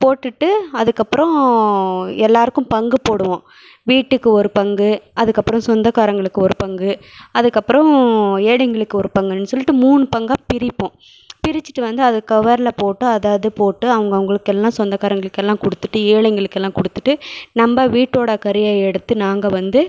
போட்டுவிட்டு அதுக்கப்பறம் எல்லாருக்கும் பங்கு போடுவோம் வீட்டுக்கு ஒரு பங்கு அதுக்கப்பறம் சொந்தக்காரங்களுக்கு ஒரு பங்கு அதுக்கப்பறம் ஏழைங்களுக்கு ஒரு பங்குன்னு சொல்லிட்டு மூணு பங்காக பிரிப்போம் பிரிச்சிவிட்டு வந்து அது கவரில் போட்டு அதை அதை போட்டு அவங்க அவங்களுக்கெல்லாம் சொந்தக்காரங்களுக்கெல்லாம் கொடுத்திட்டு ஏழைங்களுக்கெல்லாம் கொடுத்திட்டு நம்ப வீட்டோட கறியை எடுத்து நாங்கள் வந்து